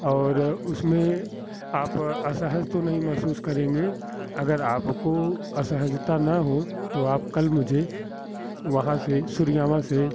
और उसमे आप असहज तो नहीं महसूस करेंगे अगर आपको असहजता न हो तो आप कल मुझे वहाँ से सुरयामा से